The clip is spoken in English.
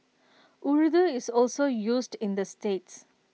Urdu is also used in the states